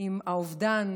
עם האובדן